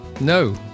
No